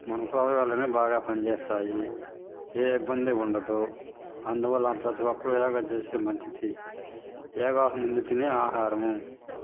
మనుకు అవయవాలన్నీ బాగా పనిచేస్తాయి ఏ ఇబ్బంది ఉండదు అందువల్ల ప్రతి ఒక్కరు యోగా చేస్తే మంచిది యోగాకు ముందు తినే ఆహారము